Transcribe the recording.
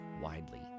widely